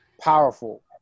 Powerful